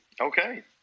okay